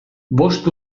bost